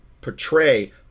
portray